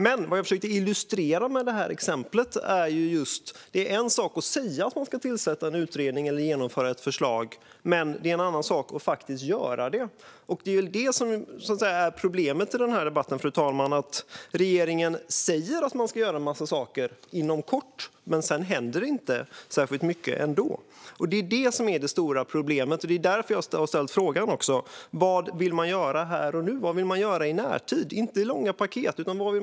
Men vad jag försökte illustrera med detta exempel är just att det är en sak att säga att man ska tillsätta en utredning eller genomföra ett förslag men en annan sak att faktiskt göra det. Det är detta som är problemet i denna debatt, fru talman: Regeringen säger att man ska göra en massa saker inom kort, men sedan händer det ändå inte särskilt mycket. Det är det stora problemet, och det är också därför jag har ställt frågan om vad man vill göra här och nu, i närtid - inte i långsiktiga paket.